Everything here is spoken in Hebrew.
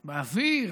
באוויר.